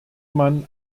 man